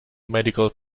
medical